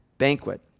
Banquet